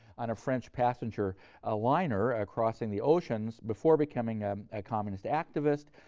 on a french passenger ah liner, ah crossing the oceans, before becoming um a communist activist.